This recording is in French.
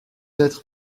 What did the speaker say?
être